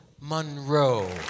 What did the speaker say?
Monroe